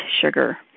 sugar